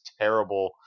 terrible